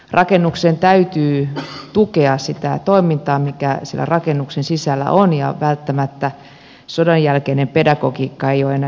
rakennuksen täytyy tukea sitä toimintaa mikä siellä rakennuksen sisällä on ja välttämättä sodanjälkeinen pedagogiikka ei ole enää nykypäivää